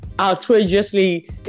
outrageously